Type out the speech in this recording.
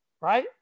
right